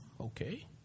okay